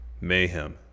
Mayhem